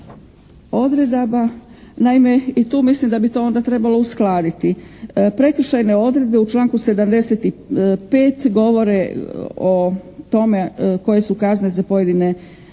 Naime, i tu mislim da bi to onda trebalo uskladiti. Prekršajne odredbe u članku 75. govore o tome koje su kazne za pojedine